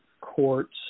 courts